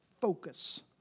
focus